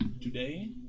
today